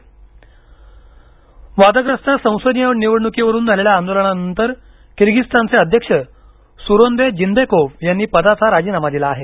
Kyrgyzstan वादग्रस्त संसदीय निवडणुकीवरून झालेल्या आंदोलनानंतर कीरगिझस्तानचे अध्यक्ष सूरोन्बे जीन्बेकोव्ह यांनी पदाचा राजीनामा दिला आहे